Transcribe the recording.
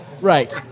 Right